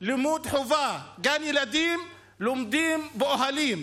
לימוד חובה, גן ילדים, לומדים באוהלים.